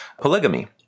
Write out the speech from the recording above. polygamy